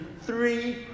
three